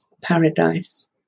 paradise